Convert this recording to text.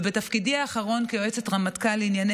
ובתפקידי האחרון כיועצת רמטכ"ל לענייני